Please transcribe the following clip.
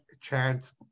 chance